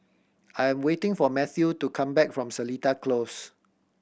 I am waiting for Mathew to come back from Seletar Close